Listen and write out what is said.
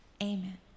Amen